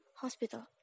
hospital